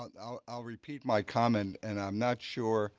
i'll repeat my comment. and i'm not sure